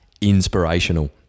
inspirational